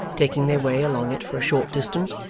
taking their way along it for a short distance,